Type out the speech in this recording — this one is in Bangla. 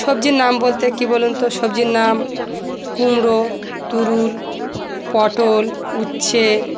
সবজির নাম বলতে কী বলুন তো সবজির নাম কুমড়ো তরুল পটল উচ্ছে